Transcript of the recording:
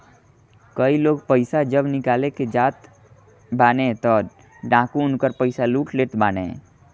कई लोग पईसा जब निकाल के जाते बाने तअ डाकू उनकर पईसा लूट लेत बाने